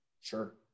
sure